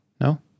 no